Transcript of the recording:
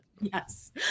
Yes